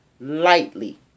lightly